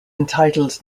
entitled